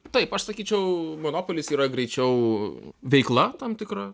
taip aš sakyčiau monopolis yra greičiau veikla tam tikra